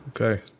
Okay